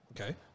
Okay